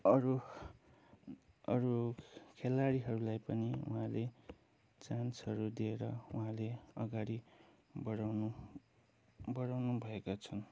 अरू अरू खेलाडीहरूलाई पनि उहाँले चान्सहरू दिएर उहाँले अघाडि बढाउनु बढाउनुभएको छ